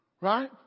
right